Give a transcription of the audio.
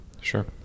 sure